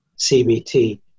CBT